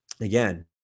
again